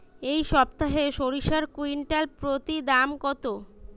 এই সপ্তাহে সরিষার কুইন্টাল প্রতি দাম কত?